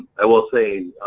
i will say,